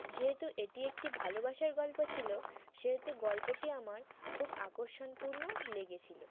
যেহেতু এটি একটি ভালোবাসার গল্প ছিল সেহেতু গল্পটি আমার খুব আকর্ষণপূর্ণ লেগেছিল